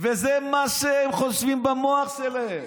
זה מה שהם חושבים במוח שלהם.